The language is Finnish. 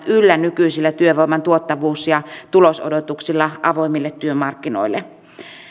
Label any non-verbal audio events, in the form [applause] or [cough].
[unintelligible] yllä nykyisillä työvoiman tuottavuus ja tulos odotuksilla avoimille työmarkkinoille